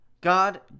God